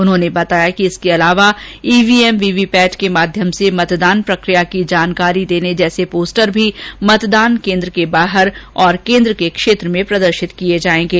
उन्होंने बताया इसके अलावा ईवीएम वीवीपैट के माध्यम से मतदान प्रक्रिया की जानकारी देने जैसे पोस्टर भी मतदान केन्द्र के बाहर और केंद्र के क्षेत्र में प्रदर्शित किए जाएंगे